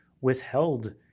withheld